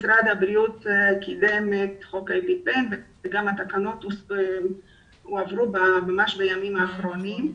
משרד הבריאות קידם את חוק האפיפן וגם התקנות עברו ממש בימים האחרונים.